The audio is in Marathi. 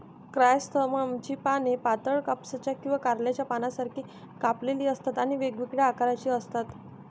क्रायसॅन्थेममची पाने पातळ, कापसाच्या किंवा कारल्याच्या पानांसारखी कापलेली असतात आणि वेगवेगळ्या आकाराची असतात